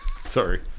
Sorry